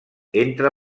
entre